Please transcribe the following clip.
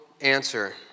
answer